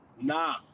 Nah